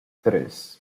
tres